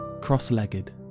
cross-legged